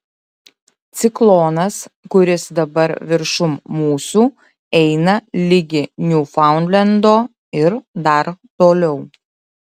ciklonas kuris dabar viršum mūsų eina ligi niūfaundlendo ir dar toliau